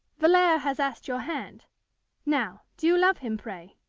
valere has asked your hand now do you love him, pray,